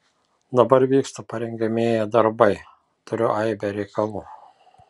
dabar vyksta parengiamieji darbai turiu aibę reikalų